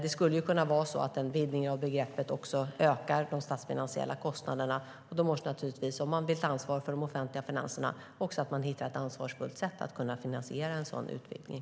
Det skulle kunna vara så att en vidgning av begreppet ökar de statsfinansiella kostnaderna. Om man vill ta ansvar för de offentliga finanserna måste man naturligtvis hitta ett ansvarsfullt sätt att finansiera en sådan utvidgning.